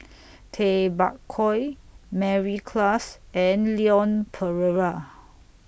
Tay Bak Koi Mary Klass and Leon Perera